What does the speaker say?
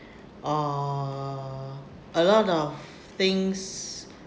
uh a lot of things